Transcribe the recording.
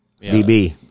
BB